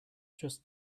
just